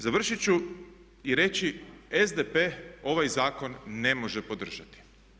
Završit ću i reći SDP ovaj zakon ne može podržati.